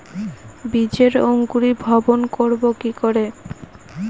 বীজের অঙ্কুরিভবন করব কি করে?